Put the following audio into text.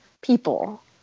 people